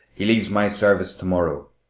he leaves my service to-morrow.